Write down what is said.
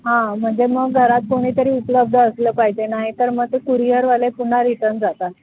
हां म्हणजे मग घरात कोणीतरी उपलब्ध असलं पाहिजे ना तर मग ते कुरिअरवाले पुन्हा रिटर्न जातात